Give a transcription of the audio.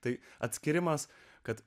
tai atskyrimas kad